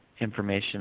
information